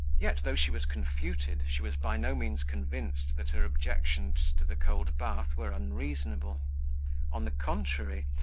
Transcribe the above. yet, though she was confuted, she was by no means convinced that her objections to the cold bath were unreasonable on the contrary,